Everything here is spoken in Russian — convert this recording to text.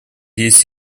есть